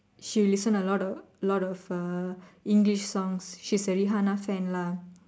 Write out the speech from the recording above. she will listen a lot of a lot of English songs she's a Rihanna fan lah